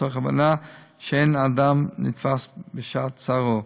מתוך הבנה שאין אדם נתפס בשעת צערו.